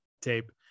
tape